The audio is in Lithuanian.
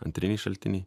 antriniai šaltiniai